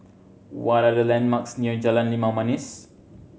what are the landmarks near Jalan Limau Manis